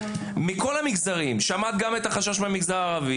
מכל המגזרים; שמעת אותו מהמגזר הערבי